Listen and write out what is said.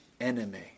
enemy